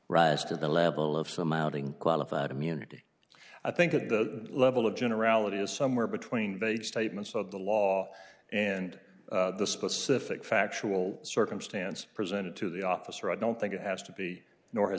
rise to the level of some outing qualified immunity i think at the level of generality is somewhere between vague statements of the law and the specific factual circumstance presented to the officer i don't think it has to be nor has